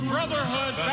Brotherhood